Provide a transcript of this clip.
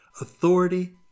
Authority